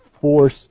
force